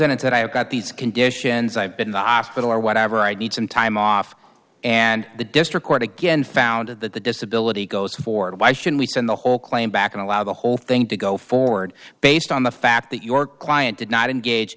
in and said i have got these conditions i've been in the hospital or whatever i need some time off and the district court again found that the disability goes forward why should we send the whole claim back and allow the whole thing to go forward based on the fact that your client did not engage